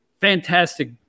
fantastic